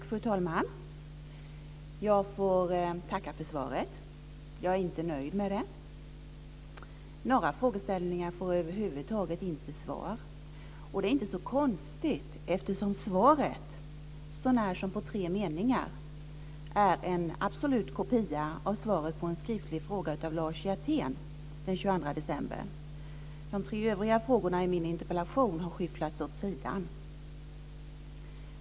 Fru talman! Jag får tacka för svaret. Jag är inte nöjd med det. Några frågor besvaras över huvud taget inte. Och det är inte så konstigt, eftersom svaret så när som på tre meningar är en kopia av svaret på en skriftlig fråga av Lars Hjertén den 22 december. De tre övriga frågorna i min interpellation har skyfflats åt sidan.